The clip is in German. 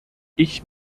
ich